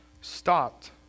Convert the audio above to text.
stopped